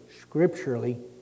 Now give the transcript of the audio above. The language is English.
scripturally